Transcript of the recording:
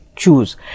choose